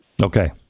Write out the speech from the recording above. Okay